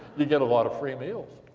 you get a lot of free meals.